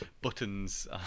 buttons